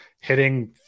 hitting